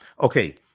Okay